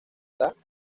bogotá